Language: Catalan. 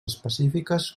específiques